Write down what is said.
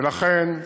ולכן,